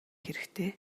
хэрэгтэй